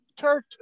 church